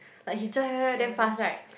like he drive drive drive damn fast right